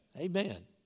Amen